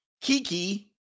Kiki